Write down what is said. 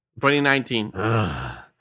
2019